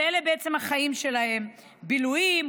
ואלה בעצם החיים שלהם: בילויים,